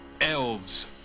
Elves